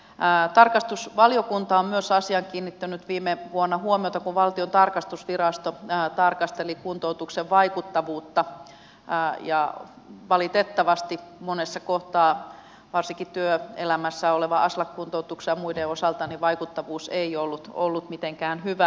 tarkastusvaliokunta on myös asiaan kiinnittänyt viime vuonna huomiota kun valtion tarkastusvirasto tarkasteli kuntoutuksen vaikuttavuutta ja valitettavasti monessa kohtaa varsinkin työelämässä olevien aslak kuntoutuksen ja muiden osalta vaikuttavuus ei ollut ollut mitenkään hyvää